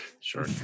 Sure